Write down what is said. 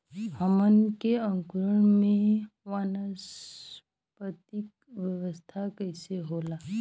हमन के अंकुरण में वानस्पतिक अवस्था कइसे होला?